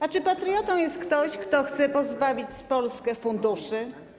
A czy patriotą jest ktoś, kto chce pozbawić Polskę funduszy?